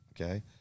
okay